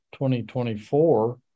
2024